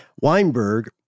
Weinberg